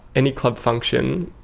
any club function,